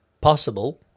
Possible